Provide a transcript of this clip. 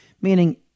meaning